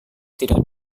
tidak